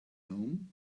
home